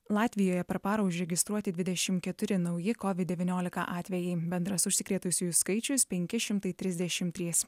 latvijoje per parą užregistruoti dvidešim keturi nauji covid devyniolika atvejai bendras užsikrėtusiųjų skaičius penki šimtai trisdešim trys